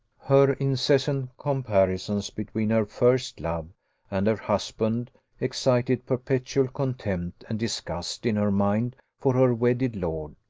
her incessant comparisons between her first love and her husband excited perpetual contempt and disgust in her mind for her wedded lord,